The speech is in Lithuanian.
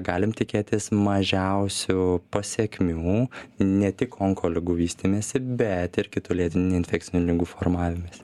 galim tikėtis mažiausių pasekmių ne tik onkoligų vystymesi bet ir kitų lėtinių neinfekcinių ligų formavimesi